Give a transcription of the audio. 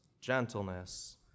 gentleness